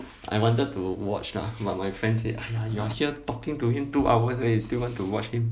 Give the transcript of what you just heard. I wanted to watch lah but my friend say !aiya! you are here talking to him two hours leh you still want to watch him